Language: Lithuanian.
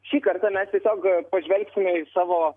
šį kartą mes tiesiog pažvelgsime į savo